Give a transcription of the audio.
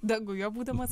danguje būdamas